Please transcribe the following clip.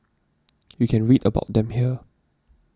you can read about them here